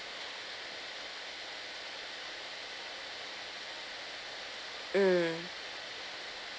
mm